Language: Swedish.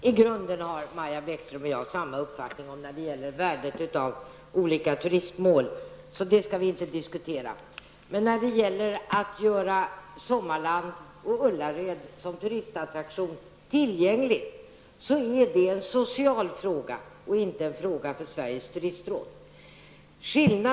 Herr talman! Maja Bäckström och jag har i grunden samma uppfattning när det gäller värdet av olika turistmål, sa det skall vi inte diskutera. Men när det gäller att göra Sommarland och Ullared tillgängliga som turistattraktioner, är detta en social fråga och inte en fråga för Sveriges turistråd.